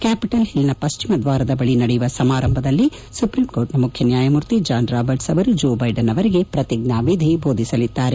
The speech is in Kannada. ಕ್ವಾಪಿಟಲ್ ಹಿಲ್ನ ಪಶ್ಚಿಮ ದ್ವಾರದ ಬಳಿ ನಡೆಯುವ ಸಮಾರಂಭದಲ್ಲಿ ಸುಪ್ರೀಂಕೋರ್ಟ್ ಮುಖ್ಯ ನ್ಯಾಯಮೂರ್ತಿ ಜಾನ್ ರಾಬರ್ಟ್ಸ್ ಅವರು ಜೋ ಬೈಡನ್ ಅವರಿಗೆ ಪ್ರತಿಜ್ಞಾನಿಧಿ ಬೋಧಿಸಲಿದ್ದಾರೆ